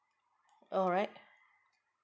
alright